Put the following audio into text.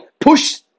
push